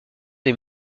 des